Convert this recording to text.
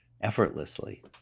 effortlessly